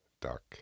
Duck